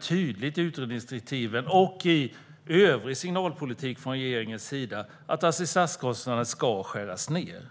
tydligt av utredningsdirektiven och av övrig signalpolitik från regeringen att assistanskostnaderna ska skäras ned.